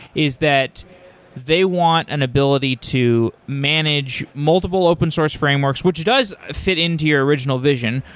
is that they want an ability to manage multiple open source frameworks, which does fit into your original vision,